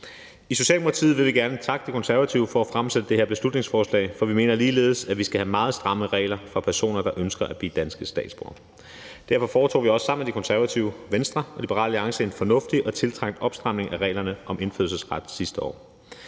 I Socialdemokratiet vil vi gerne takke De Konservative for at fremsætte det her beslutningsforslag, for vi mener ligeledes, at vi skal have meget stramme regler for personer, der ønsker at blive danske statsborgere. Derfor foretog vi også sidste år sammen med De Konservative, Venstre og Liberal Alliance en fornuftig og tiltrængt opstramning af reglerne for indfødsret.